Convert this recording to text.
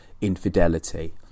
infidelity